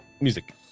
music